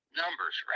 numbers